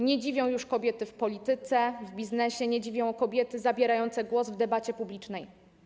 Nie dziwią już kobiety w polityce, w biznesie, nie dziwią kobiety zabierające głos w debacie publicznej.